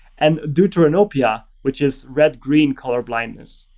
and deuteranopia, which is red-green colorblindness.